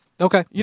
Okay